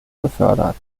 befördert